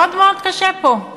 מאוד מאוד קשה פה.